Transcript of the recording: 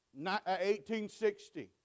1860